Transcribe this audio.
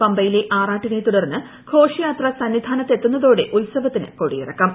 പമ്പയിലെ ആറാട്ടിനെ തുടർന്ന് ഘോഷയാത്ര സന്നിധാനത്ത് എത്തുന്നതോടെ ഉത്സവത്തിന് കൊടിയിറങ്ങും